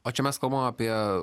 o čia mes kalbam apie